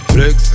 Flex